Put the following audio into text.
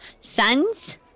sons